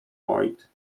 void